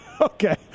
Okay